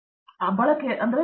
ಪ್ರತಾಪ್ ಹರಿಡೋಸ್ direct DC